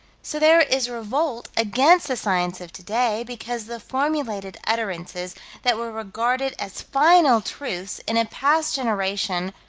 so there is revolt against the science of today, because the formulated utterances that were regarded as final truths in a past generation,